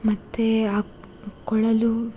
ಮತ್ತು ಆ ಕೊಳಲು